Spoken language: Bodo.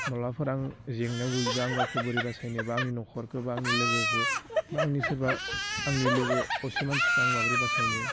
माब्लाबाफोर आं जेंनायाव गोग्लैबा आं गावखौ बोरै बासायनो बा आंनि नख'रखौ बा आंनि लोगोखौ बा आंनि सोरबा आंनि लोगो असे मानसिखौ आं माब्रै बासायनो